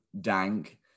Dank